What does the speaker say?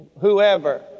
whoever